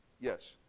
yes